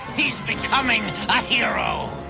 he's becoming a hero!